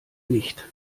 nicht